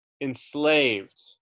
enslaved